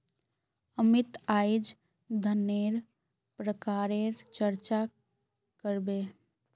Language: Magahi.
अमित अईज धनन्नेर प्रकारेर चर्चा कर बे